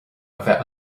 bheith